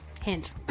Hint